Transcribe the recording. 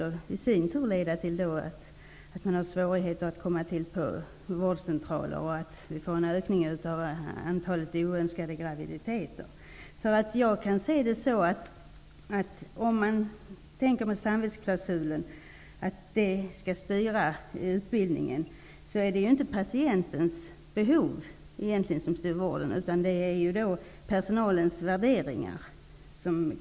Det skulle i sin tur kunna leda till att det blir svårigheter att komma till vårdcentraler och att vi får en ökning av antalet oönskade graviditeter. Om man tänker sig att samvetsklausulen skall styra vid utbildningen, är det inte patientens behov som styr vården, utan personalens värderingar.